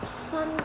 Sun~